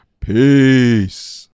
Peace